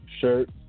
shirt